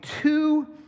two